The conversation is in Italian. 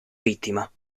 vittima